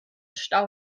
stau